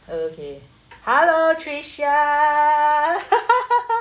okay hello trisha